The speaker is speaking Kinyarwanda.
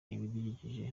ibidukikije